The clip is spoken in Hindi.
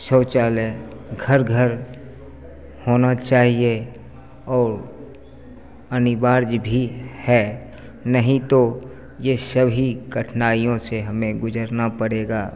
शौचालय घर घर होना चाहिए और अनिवार्य भी है नहीं तो यह सभी कठिनाइयों से हमें गुज़रना पड़ेगा